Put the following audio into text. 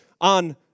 on